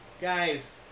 Guys